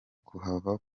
kuhava